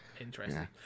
Interesting